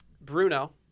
Bruno